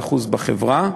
51% בחברה,